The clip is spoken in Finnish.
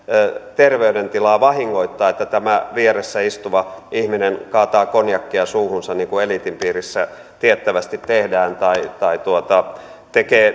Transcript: terveydentilaani vahingoittaa että tämä vieressä istuva ihminen kaataa konjakkia suuhunsa niin kuin eliitin piirissä tiettävästi tehdään tai tai tekee